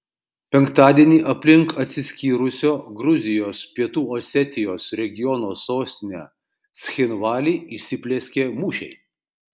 penktadienį aplink atsiskyrusio gruzijos pietų osetijos regiono sostinę cchinvalį įsiplieskė mūšiai